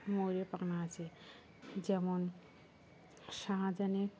ময়ূর পাখনা আছে যেমন শাহজাহানের